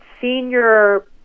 senior